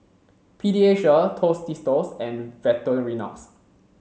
Pediasure Tostitos and Victorinox